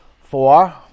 Four